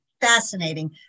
fascinating